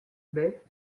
baie